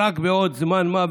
"רק בעוד זמן מה,